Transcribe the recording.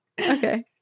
Okay